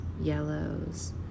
yellows